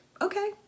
Okay